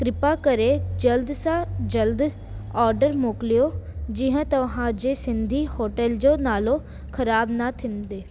कृपा करे जल्द सां जल्द ऑडर मोकिलियो जीअं तव्हां जे सिंधी होटेल जो नालो ख़राबु न थींदो